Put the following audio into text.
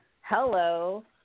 Hello